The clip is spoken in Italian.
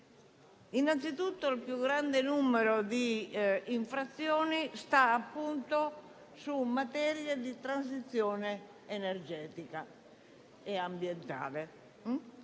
Innanzitutto, il più grande numero di infrazioni si concentra appunto in materia di transizione energetica e ambientale,